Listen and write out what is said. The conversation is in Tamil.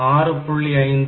5 6